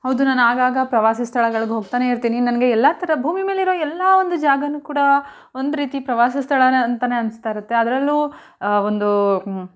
ಹೌದು ನಾನು ಆಗಾಗ ಪ್ರವಾಸಿ ಸ್ಥಳಗಳಿಗೆ ಹೋಗ್ತಲೇ ಇರ್ತೀನಿ ನನಗೆ ಎಲ್ಲ ಥರ ಭೂಮಿ ಮೇಲಿರೋ ಎಲ್ಲ ಒಂದು ಜಾಗವೂ ಕೂಡ ಒಂದು ರೀತಿ ಪ್ರವಾಸಿ ಸ್ಥಳವೇ ಅಂತಲೇ ಅನ್ನಿಸ್ತಾ ಇರುತ್ತೆ ಅದರಲ್ಲೂ ಒಂದು